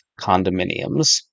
condominiums